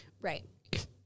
Right